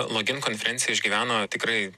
login konferencija išgyveno tikrai